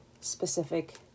specific